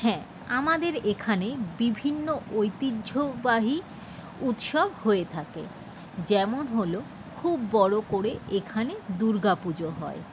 হ্যাঁ আমাদের এখানে বিভিন্ন ঐতিহ্যবাহী উৎসব হয়ে থাকে যেমন হল খুব বড়ো করে এখানে দূর্গা পুজো হয়